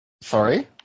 Sorry